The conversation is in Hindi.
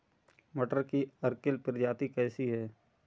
मटर की अर्किल प्रजाति कैसी है?